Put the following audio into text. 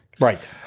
Right